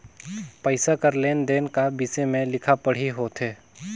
पइसा कर लेन देन का बिसे में लिखा पढ़ी होथे